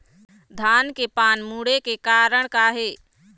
धान के पान मुड़े के कारण का हे?